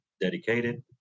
dedicated